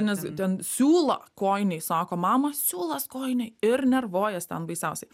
nes ten siūlą kojinėj sako mama siūlas kojinėj ir nervuojas ten baisiausiai